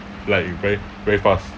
like very very fast